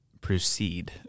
proceed